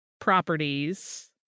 properties